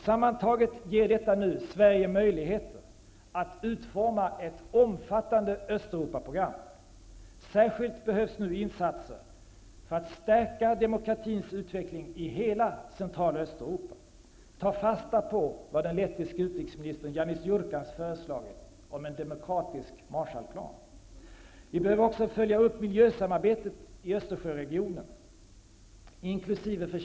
Sammantaget ger detta nu Sverige möjligheter att utforma ett omfattande Östeuropaprogram. Särskilt behövs nu insatser -- för att stärka demokratins utveckling i hela Central och Östeuropa -- ta fasta på vad den lettiska utrikesministern Janis Jurkans föreslagit om en demokratisk Marshallplan, -- för att följa upp miljösamarbetet i Östersjöregionen inkl.